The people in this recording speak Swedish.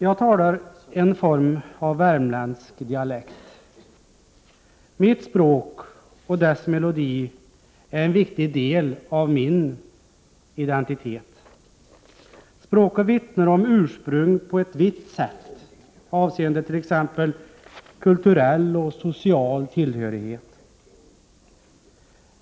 Jag talar en form av värmländsk dialekt. Mitt språk och dess melodi är en viktig del av min identitet. Språket vittnar om ursprung på ett vitt sätt avseende t.ex. kulturell och social tillhörighet.